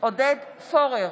עודד פורר,